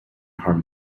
harm